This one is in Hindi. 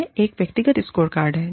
यह एक व्यक्तिगत स्कोरकार्ड है